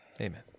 Amen